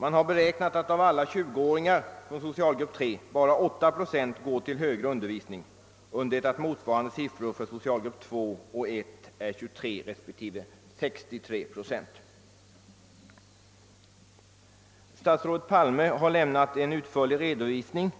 Man har beräknat att av alla tjugoåringar från socialgrupp III går bara 8 procent till högre undervisning, medan motsvarande siffror från socialgrupperna II och I är 23 respektive 63 procent. Statsrådet Palme har lämnat en utförlig redovisning